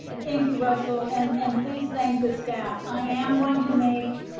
and thank you, russell. and and please thank the staff. i am going to make